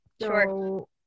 Sure